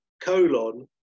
colon